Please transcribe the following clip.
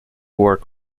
work